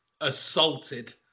assaulted